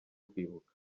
kwibuka